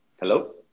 Hello